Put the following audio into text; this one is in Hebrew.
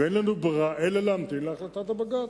ואין לנו ברירה אלא להמתין להחלטת הבג"ץ.